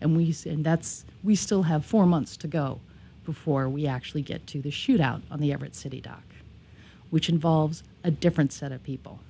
and we see and that's we still have four months to go before we actually get to the shootout on the everett city dock which involves a different set of people